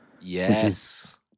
Yes